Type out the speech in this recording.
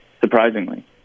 surprisingly